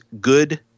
good